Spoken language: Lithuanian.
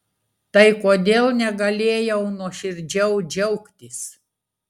tai kodėl negalėjau nuoširdžiau džiaugtis